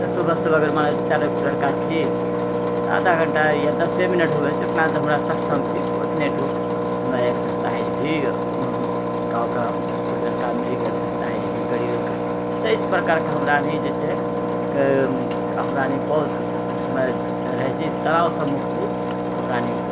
तऽ सुबह सुबह अगर मानो चारि टा लड़का छी तऽ आधा घण्टा या दसे मिनट हुये जितना हम सक्षम छी उतने ठु मे एक्सरसाइज भी गामके कुछ लड़का मिलिके एक्सरसाइज भी करि लै छी तऽ इस प्रकारके हमरा सनि जे छै हमरा सनि बहुत खुशमय रहै छी तनावसँ मुक्ति हमरा सनि